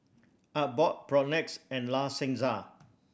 Artbox Propnex and La Senza